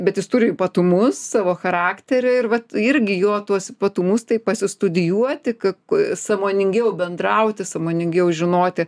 bet jis turi ypatumus savo charakterį ir vat irgi jo tuos ypatumus taip pasistudijuoti kad sąmoningiau bendrauti sąmoningiau žinoti